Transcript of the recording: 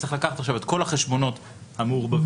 צריך לקחת עכשיו את כל החשבונות המעורבבים